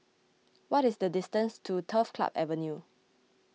what is the distance to Turf Club Avenue